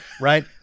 right